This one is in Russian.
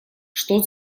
что